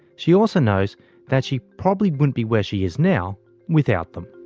she also knows that she probably wouldn't be where she is now without them.